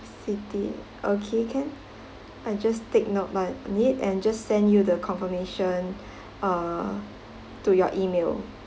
city okay can I just take note on it and just send you the confirmation uh to your email